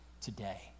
today